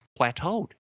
plateaued